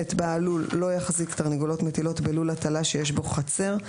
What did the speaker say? בעל לול לא יחזיק תרנגולות מטילות בלול הטלה שיש בו חצר,